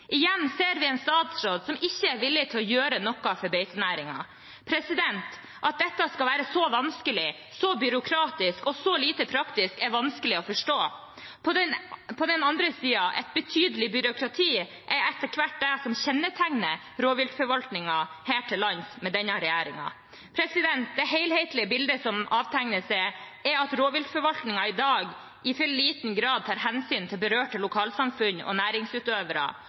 Igjen ser vi en statsråd som ikke er villig til å gjøre noe for beitenæringene. At dette skal være så vanskelig, så byråkratisk og så lite praktisk, er vanskelig å forstå. På den andre siden: Et betydelig byråkrati er etter hvert det som kjennetegner rovviltforvaltningen her til lands med denne regjeringen. Det helhetlige bildet som avtegner seg, er at rovviltforvaltningen i dag i for liten grad tar hensyn til berørte lokalsamfunn og næringsutøvere,